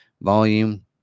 volume